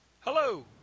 Hello